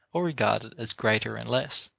or regarded as greater and less,